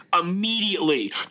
immediately